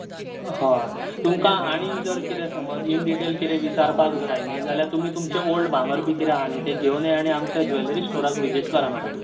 हय तुमकां आनीक जर कितें समज इन डिटेल कितें विचारपाक जाय न्ही जाल्यार तुमी तुमचें ओल्ड भांगार बी कितें आसा न्ही तें घेवून येया आनी आमच्या जिवेलरी स्टॉराक विझीट करा मॅडम